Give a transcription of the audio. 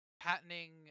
patenting